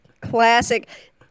Classic